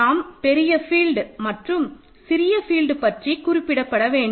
நாம் பெரிய ஃபீல்ட் மற்றும் சிறிய ஃபீல்டு பற்றி குறிப்பிடப் வேண்டும்